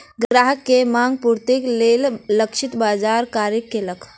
ग्राहक के मांग पूर्तिक लेल लक्षित बाजार कार्य केलक